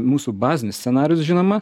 mūsų bazinis scenarijus žinoma